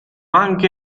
anche